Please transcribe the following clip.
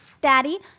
Daddy